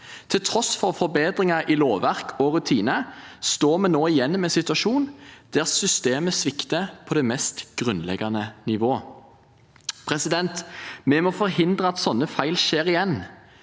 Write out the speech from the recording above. Til tross for forbedringer i lovverk og rutiner står vi nå igjen i en situasjon der systemet svikter på det mest grunnleggende nivå. Vi må forhindre at sånne feil skjer igjen.